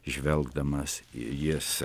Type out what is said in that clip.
žvelgdamas jis